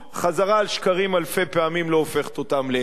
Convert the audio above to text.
חזרה על שקרים אלפי פעמים לא הופכת אותם לאמת.